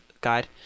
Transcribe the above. Guide